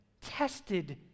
tested